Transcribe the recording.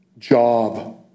Job